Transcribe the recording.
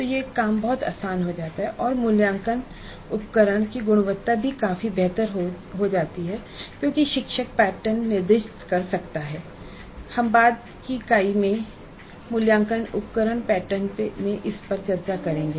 तो ये काम बहुत आसान हो जाता है और मूल्यांकन उपकरण की गुणवत्ता भी काफी बेहतर होगी क्योंकि प्रशिक्षक पैटर्न निर्दिष्ट कर सकता है हम बाद की इकाई मूल्यांकन उपकरण पैटर्न में इस पर चर्चा करेंगे